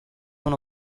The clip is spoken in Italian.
uno